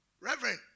Reverend